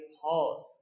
pause